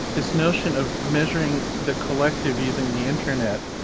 this notion of measuring the collective using the internet,